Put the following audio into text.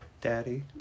daddy